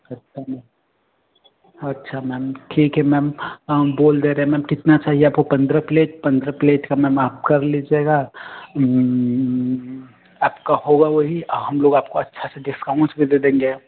सस्ता में अच्छा मैम ठीक है मैम बोल दे रहे हैं मैम कितना चाहिए आपको पंद्रह प्लेट पंद्रह प्लेट का मैम आप कर लीजएगा आपका होगा वही हम लोग आपको अच्छा सा डिस्काउंट्स में दे देंगे